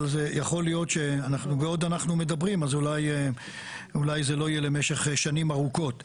אבל יכול להיות שבעוד אנחנו מדברים אולי זה לא יהיה למשך שנים ארוכות.